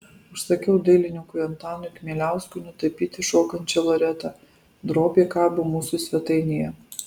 užsakiau dailininkui antanui kmieliauskui nutapyti šokančią loretą drobė kabo mūsų svetainėje